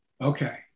okay